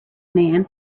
man